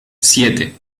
siete